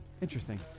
Interesting